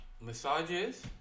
Massages